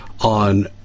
on